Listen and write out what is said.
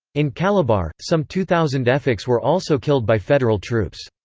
in calabar, some two thousand efiks were also killed by federal troops.